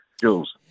Jules